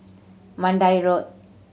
Mandai Road